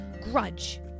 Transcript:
Grudge